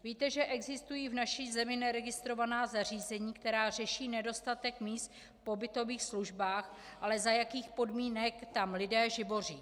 Víte, že existují v naší zemi neregistrovaná zařízení, která řeší nedostatek míst v pobytových službách ale za jakých podmínek tam lidé živoří?